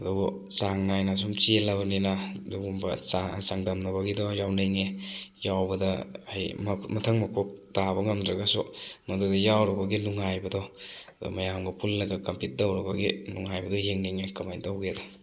ꯑꯗꯨꯕꯨ ꯆꯥꯡ ꯅꯥꯏꯅ ꯁꯨꯝ ꯆꯦꯜꯂꯕꯅꯤꯅ ꯑꯗꯨꯒꯨꯝꯕ ꯆꯥꯡꯗꯝꯅꯕꯒꯤꯗꯣ ꯌꯥꯎꯅꯤꯡꯉꯤ ꯌꯥꯎꯕꯗ ꯍꯩ ꯃꯊꯪ ꯃꯀꯣꯛ ꯇꯥꯕ ꯉꯝꯗ꯭ꯔꯒꯁꯨ ꯃꯗꯨꯗ ꯌꯥꯎꯔꯨꯕꯒꯤ ꯅꯨꯡꯉꯥꯏꯕꯗꯣ ꯑꯗꯨ ꯃꯌꯥꯝꯒ ꯄꯨꯜꯂꯒ ꯀꯝꯄꯤꯠ ꯇꯧꯔꯨꯕꯒꯤ ꯅꯨꯡꯉꯥꯏꯕꯗꯨ ꯌꯦꯡꯅꯤꯡꯉꯤ ꯀꯃꯥꯏ ꯇꯧꯒꯦꯗꯣ